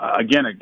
again